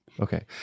Okay